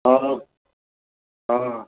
हा हा